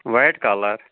white colour